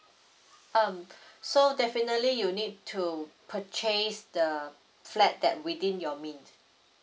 um so definitely you need to purchase the flat that within your mean